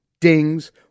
dings